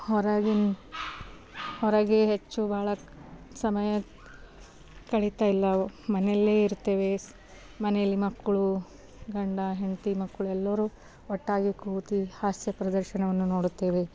ಹೊರಗೆ ಹೊರಗೆ ಹೆಚ್ಚು ಬಹಳ ಸಮಯ ಕಳೀತಾ ಇಲ್ಲ ಮನೇಲೇ ಇರ್ತೇವೆ ಮನೇಲಿ ಮಕ್ಕಳು ಗಂಡ ಹೆಂಡತಿ ಮಕ್ಕಳು ಎಲ್ಲರೂ ಒಟ್ಟಾಗಿ ಕೂತು ಹಾಸ್ಯ ಪ್ರದರ್ಶನವನ್ನು ನೋಡುತ್ತೇವೆ